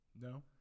No